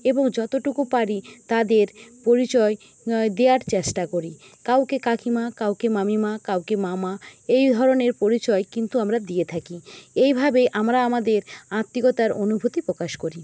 এবং যতোটুকু পারি তাদের পরিচয় দেওয়ার চেষ্টা করি কাউকে কাকিমা কাউকে মামিমা কাউকে মামা এই ধরণের পরিচয় কিন্তু আমরা দিয়ে থাকি এইভাবে আমরা আমাদের আত্মীয়তা অনুভূতি প্রকাশ করি